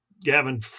Gavin